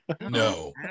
no